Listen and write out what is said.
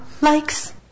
likes